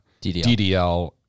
DDL